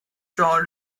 jean